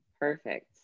Perfect